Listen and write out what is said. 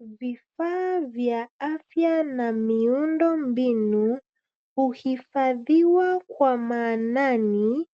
Vifaa vya afya na miundo mbinu, huhifadhiwa kwa maanani